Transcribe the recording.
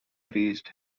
priest